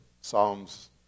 psalms